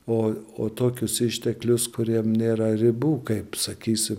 o o tokius išteklius kuriem nėra ribų kaip sakysi